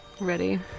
Ready